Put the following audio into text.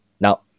Now